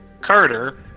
Carter